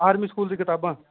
army school दी कताबां